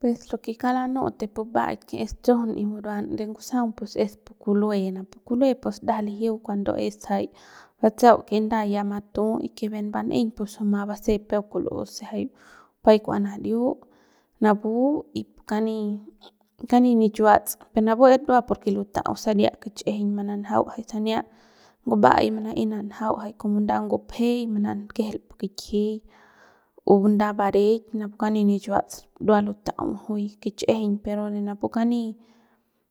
Pus de kauk lanu'ut de pu mba'aik que es tsojon y buruan de ngusaung pus es pu kulue napu kulue pus ndajap lijiu cuando es jay batsau nda ya matu y que bien ban'eiñ ous juy ma basep peuk kul'us se jay bupay kua nariu napu y pu kani nichiuats per napu es ndua porque luta'au saria kichꞌijiñ mananjau jay sania nguba'ai manaey nanjau jay como nda ngupjey manakejel pu kikjiy o nda bareik napu kani nichuats ndua luta'au juy kichꞌijiñ pero de napu kani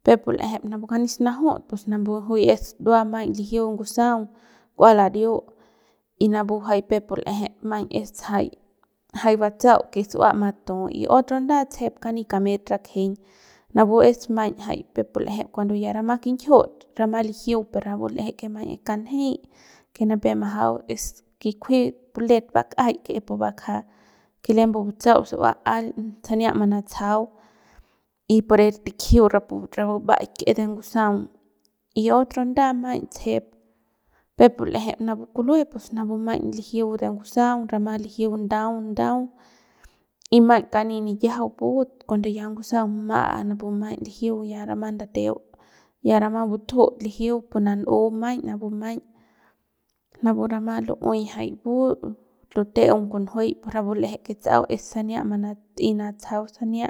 peuk pu l'eje de napu kani snajut pus napu es ndua maiñ lijiu ngusaung kua lariu y napu jay peuk pu l'eje maiñ maiñ es jay batsa'au ke su'ua matu y otro nda tsejep kani kamet rakjeiñ napu es maiñ peuk pu l'eje cuando ya rama kinjiut rama lijiu pe napu l'eje que maiñ es kanjey ke nipep majau y es kunji pu let bak'ajay que es pu bakja que lem bu batsau que sua al sania manatsajau y pore tikjiu rapu mba'aik que es de ngusaung y otro nda maiñ tsejep peuk pu l'eje napu kulue pus napu maiñ lijiu de ngusaung rama lijiu ndau ndau y maiñ kani nikiajay but cuando ya ngusaung ma'a napu maiñ lijiu ya rama ndateu ya rama batjut lijiu pu nana'u maiñ napu rama lu'uey jay but luteung kunjuey pu rapu l'eje que tsa'u es saria manat'ey natsajau sania.